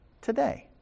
today